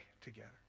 together